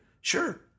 sure